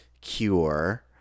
cure